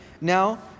now